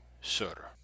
sir